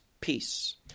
Peace